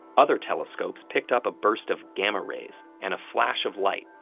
other telescopes picked up a burst of gamma rays and a flash of light,